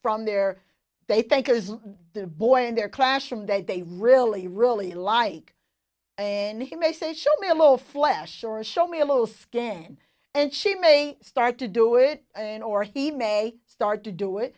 there they think is the boy in their classroom that they really really like and he may say show me a little flash or show me a little skin and she may start to do it again or he may start to do it